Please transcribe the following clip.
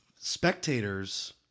spectators